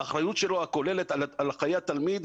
האחריות שלו הכוללת על חיי התלמיד,